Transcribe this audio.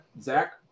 Zach